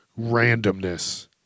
randomness